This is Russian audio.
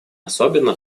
особенно